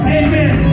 amen